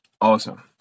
awesome